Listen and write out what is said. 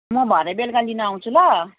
म भरे बेलुका लिन आउँछु ल